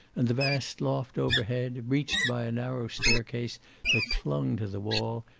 and the vast loft overhead, reached by a narrow staircase that clung to the wall,